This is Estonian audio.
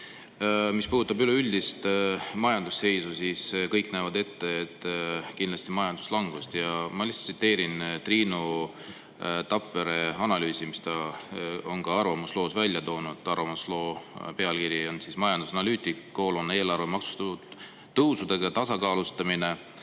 Mis puudutab üleüldist majandusseisu, siis kõik näevad ette kindlasti majanduslangust. Ma tsiteerin Triinu Tapveri analüüsi, mis ta on ka oma arvamusloos välja toonud. Arvamusloo pealkiri on "Majandusanalüütik: eelarve maksutõusudega tasakaalustamine